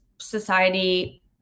society